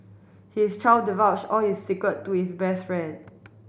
his child divulge all his secret to his best friend